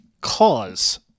cause